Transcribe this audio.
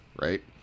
right